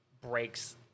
breaks